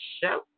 show